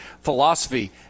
philosophy